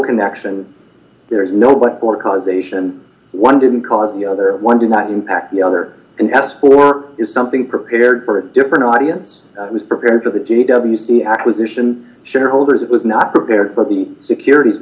connection there is no but for causation one didn't cause the other one did not impact the other and asked for is something prepared for a different audience was prepared for the g w c acquisition shareholders it was not prepared for the security